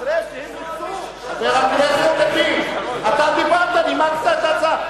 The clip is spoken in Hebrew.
חבר הכנסת לוין, אתה דיברת, נימקת את ההצעה.